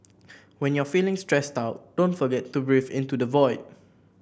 when you are feeling stressed out don't forget to breathe into the void